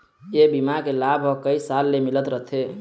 ए बीमा के लाभ ह कइ साल ले मिलत रथे